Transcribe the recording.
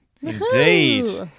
Indeed